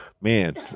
man